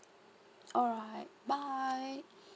alright bye